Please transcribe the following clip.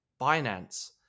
Binance